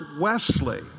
Wesley